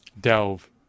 delve